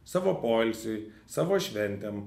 savo poilsiui savo šventėm